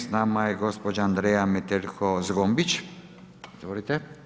Sa nama je gospođa Andrea Metelko Zgombić, izvolite.